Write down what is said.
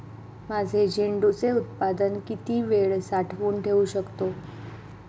माझे झेंडूचे उत्पादन किती वेळ साठवून ठेवू शकतो?